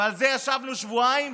ועל זה ישבנו שבועיים?